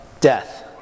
death